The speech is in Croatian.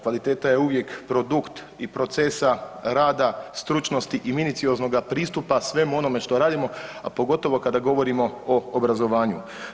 Kvaliteta je uvijek produkt i procesa rada, stručnosti i minucioznoga pristupa svemu onome što radimo, a pogotovo kada govorimo o obrazovanju.